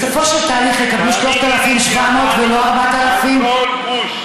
בסופו של תהליך יקבלו 3,700 ולא 4,000 כל גרוש,